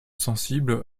sensible